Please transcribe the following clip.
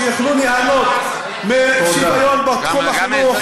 שיוכלו ליהנות משוויון בתחום החינוך,